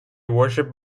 worship